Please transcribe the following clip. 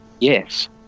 Yes